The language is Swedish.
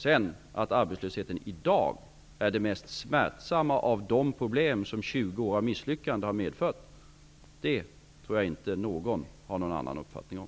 Att sedan arbetslösheten i dag är det mest smärtsamma av de problem som 20 år av misslyckanden har medfört, tror jag inte att någon har någon annan uppfattning om.